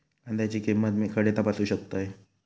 कांद्याची किंमत मी खडे तपासू शकतय?